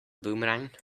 boomerang